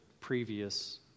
previous